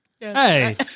Hey